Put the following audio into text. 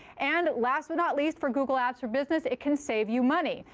and last but not least for google apps for business, it can save you money.